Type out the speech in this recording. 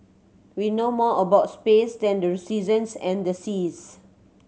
we know more about space than the seasons and the seas